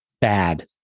bad